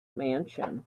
mansion